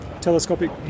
telescopic